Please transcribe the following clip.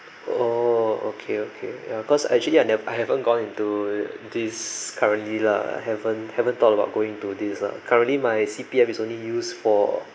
oh okay okay ya cause actually I ne~ I haven't gone into this currently lah haven't haven't thought about going to this ah currently my C_P_F is only used for